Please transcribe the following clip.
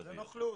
זאת נוכלות.